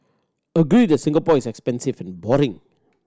agree that Singapore is expensive and boring